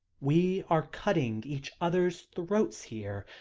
we are cutting each other's throats here.